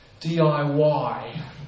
DIY